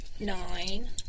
Nine